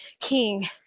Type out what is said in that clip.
king